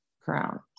crown